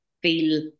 feel